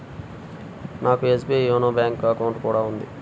నాకు SBI YONO bank account కూడా ఉంది